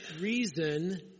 reason